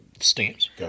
Stamps